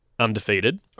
Undefeated